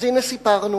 אז הנה סיפרנו,